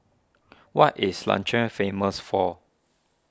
what is Liechtenstein famous for